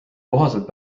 kohaselt